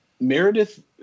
Meredith